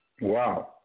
Wow